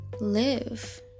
live